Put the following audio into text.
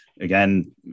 again